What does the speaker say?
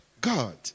God